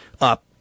up